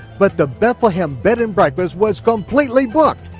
but the bethlehem bed and breakfast was completely booked,